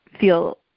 feel